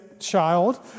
Child